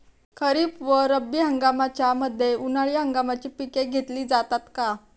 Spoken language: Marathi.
खरीप व रब्बी हंगामाच्या मध्ये उन्हाळी हंगामाची पिके घेतली जातात का?